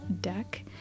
deck